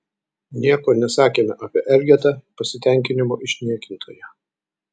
nieko nesakėme apie elgetą pasitenkinimo išniekintoją